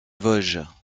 vosges